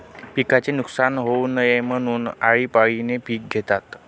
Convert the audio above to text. पिकाचे नुकसान होऊ नये म्हणून, आळीपाळीने पिक घेतात